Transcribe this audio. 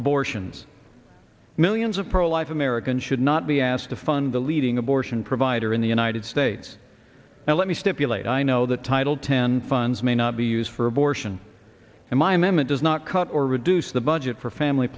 abortions millions of pro life americans should not be asked to fund the leading abortion provider in the united states now let me stipulate i know that title ten funds may not be used for abortion and my mema does not cut or reduce the budget for family